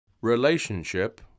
Relationship